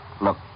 Look